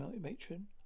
Matron